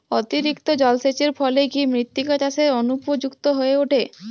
অতিরিক্ত জলসেচের ফলে কি মৃত্তিকা চাষের অনুপযুক্ত হয়ে ওঠে?